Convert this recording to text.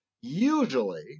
Usually